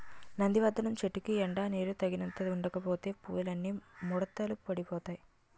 నందివర్థనం చెట్టుకి ఎండా నీరూ తగినంత ఉండకపోతే పువ్వులన్నీ ముడతలు పడిపోతాయ్